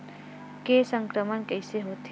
के संक्रमण कइसे होथे?